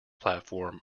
platform